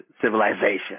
civilization